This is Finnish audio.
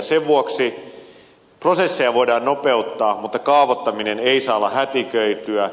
sen vuoksi prosesseja voidaan nopeuttaa mutta kaavoittaminen ei saa olla hätiköityä